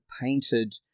painted